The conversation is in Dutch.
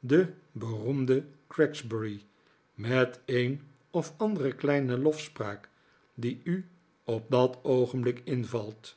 de beroemde gregsbury met een of andere kleine lofspraak die u op dat oogenblik invalt